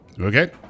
okay